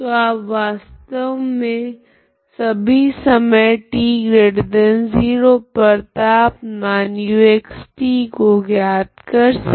तो आप वास्तव मे सभी समय t0 पर तापमान uxt को ज्ञात कर सकते है